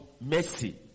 mercy